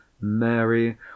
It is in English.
mary